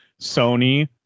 Sony